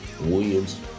Williams